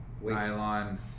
nylon